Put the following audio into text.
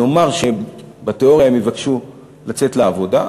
נאמר שבתיאוריה הם יבקשו לצאת לעבודה,